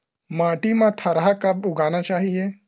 माटी मा थरहा कब उगाना चाहिए?